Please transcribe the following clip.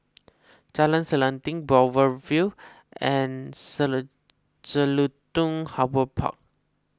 Jalan Selanting Boulevard Vue and Harbour Park